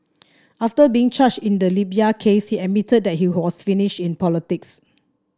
after being charged in the Libya case he admitted that he was finished in politics